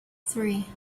three